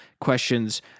questions